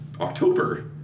October